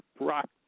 rock